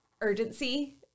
urgency